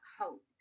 hope